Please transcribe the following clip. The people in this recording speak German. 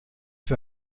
für